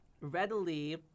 readily